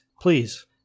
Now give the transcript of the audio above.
please